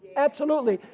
absolutely,